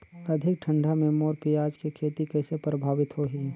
अधिक ठंडा मे मोर पियाज के खेती कइसे प्रभावित होही?